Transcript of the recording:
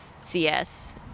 CS